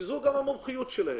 שזו המומחיות שלהם,